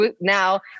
Now